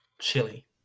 Chili